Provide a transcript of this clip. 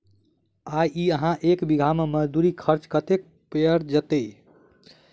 आ इहा एक बीघा मे मजदूरी खर्च कतेक पएर जेतय?